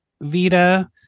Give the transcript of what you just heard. Vita